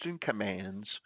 commands